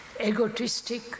egotistic